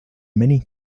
many